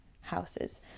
houses